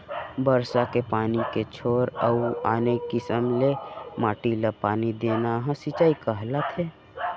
बरसा के पानी के छोर अउ आने किसम ले माटी ल पानी देना ह सिंचई कहलाथे